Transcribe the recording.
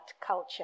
culture